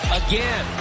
again